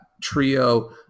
trio